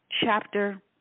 chapter